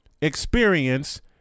experience